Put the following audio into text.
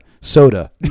soda